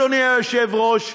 אדוני היושב-ראש?